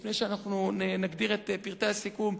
לפני שאנחנו נגדיר את פרטי הסיכום,